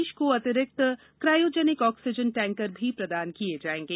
प्रदेश को अतिरिक्त cryogenic oxygen tanker भी प्रदान किए जाएंगे